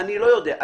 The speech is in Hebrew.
לא יודע.